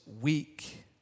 weak